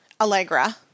Allegra